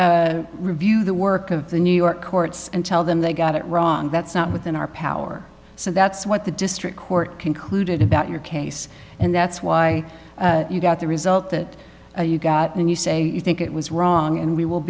can't review the work of the new york courts and tell them they got it wrong that's not within our power so that's what the district court concluded about your case and that's why you got the result that you got and you say you think it was wrong and we will